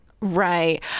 Right